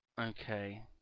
Okay